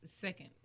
second